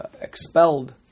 expelled